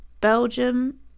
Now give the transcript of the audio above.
Belgium